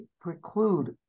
preclude